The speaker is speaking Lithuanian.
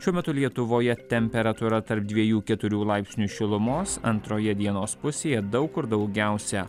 šiuo metu lietuvoje temperatūra tarp dviejų keturių laipsnių šilumos antroje dienos pusėje daug kur daugiausia